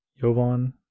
Jovan